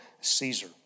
Caesar